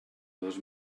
dos